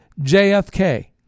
JFK